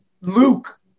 Luke